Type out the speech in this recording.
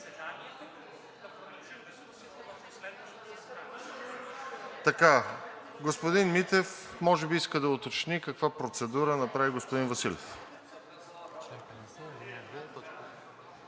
Господин Митев може би иска да уточни каква процедура направи господин Василев.